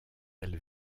del